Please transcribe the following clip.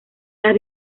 las